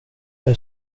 jag